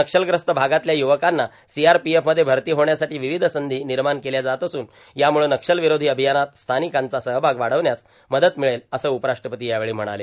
नक्षलग्रस्त भागातल्या युवकांना सीआरपीएफमध्ये भरती होण्यासाठी र्वावध संधी र्भानमाण केल्या जात असून यामुळे नक्षर्लावरोधी अर्भभयानात स्थानकांचा सहभाग वाढवण्यास मदत र्ममळेल असं उपराष्ट्रपती यावेळी म्हणाले